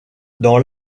dans